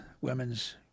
women's